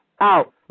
out